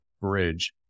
bridge